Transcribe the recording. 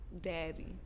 daddy